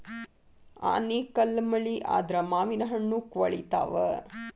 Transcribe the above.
ಆನಿಕಲ್ಲ್ ಮಳಿ ಆದ್ರ ಮಾವಿನಹಣ್ಣು ಕ್ವಳಿತಾವ